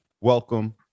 Welcome